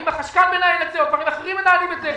האם החשכ"ל מנהל את זה או אחרים מנהלים את זה.